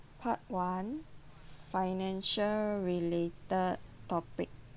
part one financial related topic